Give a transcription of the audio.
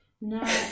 no